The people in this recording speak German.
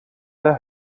der